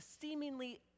seemingly